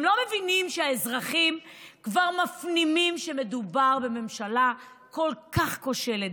הם לא מבינים שהאזרחים כבר מפנימים שמדובר בממשלה כל כך כושלת,